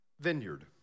vineyard